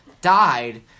died